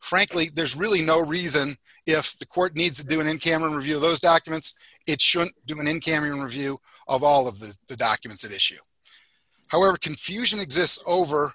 frankly there's really no reason if the court needs to do it in camera review those documents it shouldn't do and in camera review of all of the documents at issue however confusion exists over